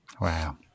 Wow